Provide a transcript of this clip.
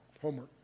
homework